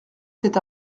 cet